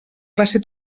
classe